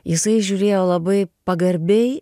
jisai žiūrėjo labai pagarbiai